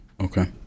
okay